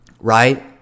Right